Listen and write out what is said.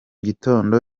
gitondo